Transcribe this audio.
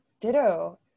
Ditto